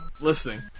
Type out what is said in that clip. Listening